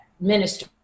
minister